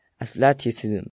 Athleticism